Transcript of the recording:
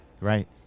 right